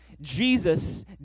Jesus